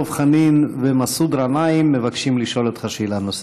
דב חנין ומסעוד גנאים מבקשים לשאול אותך שאלה נוספת.